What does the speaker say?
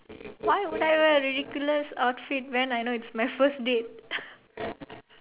why would I wear a ridiculous outfit when I know it's my first date